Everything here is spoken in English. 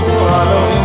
follow